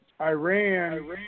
Iran